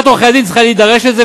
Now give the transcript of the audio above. לשכת עורכי הדין צריכה להידרש לזה,